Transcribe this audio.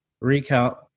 recall